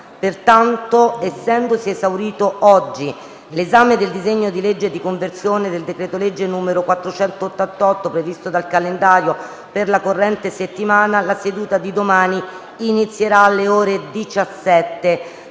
Pertanto, essendosi esaurito oggi l'esame del disegno di legge di conversione del decreto-legge n. 488 previsto dal calendario per la corrente settimana, la seduta di domani inizierà alle ore 17